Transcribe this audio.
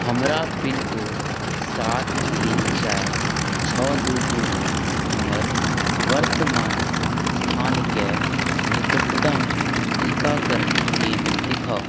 हमरा पिनकोड सात तीन चारि छओ दुइ दुइमे हमर वर्तमानके स्थानके निकटतम टीकाकरण केन्द्र देखाउ